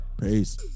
Peace